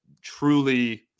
truly